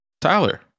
Tyler